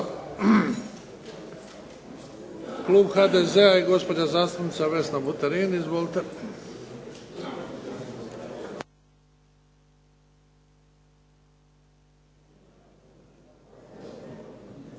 Klub HDZ i gospođa zastupnica Vesna Buterin. Izvolite.